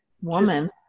Woman